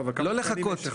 לא לחכות.